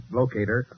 locator